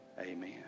amen